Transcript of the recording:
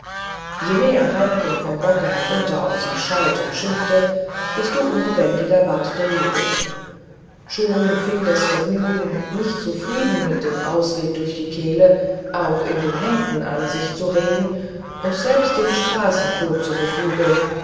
je mehr heimken vom bocke herunter auf sie schalt und schimpfte desto unbändiger ward der jubel schon fing das vergnügen nicht zufrieden mit dem ausweg durch die kehle auch in den händen an sich zu regen und selbst den straßenkot zu beflügeln